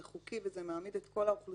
זה חוקי וזה מעמיד את כל האוכלוסיות